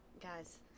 guys